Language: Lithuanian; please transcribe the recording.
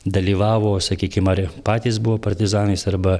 dalyvavo sakykim ar patys buvo partizanais arba